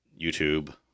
YouTube